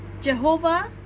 Jehovah